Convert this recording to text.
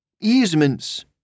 Easements